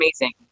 amazing